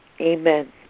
Amen